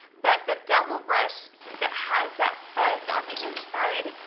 but the double brushed, since it has that fuzz on the inside,